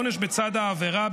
העונש בצד העבירה,